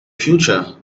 future